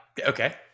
okay